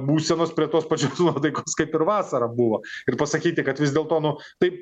būsenos prie tos pačios nuotaikos kaip ir vasarą buvo ir pasakyti kad vis dėlto nu taip